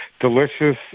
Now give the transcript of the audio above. delicious